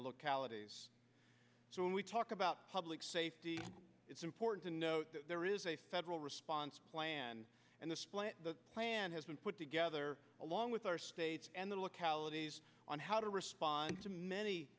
the localities so when we talk about public safety it's important to note that there is a federal response plan and this plan the plan has been put together along with our states and the localities on how to respond to many